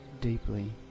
deeply